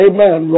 Amen